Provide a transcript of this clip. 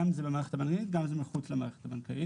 גם אם זה במערכת הבנקאית וגם אם זה לא במערכת הבנקאית.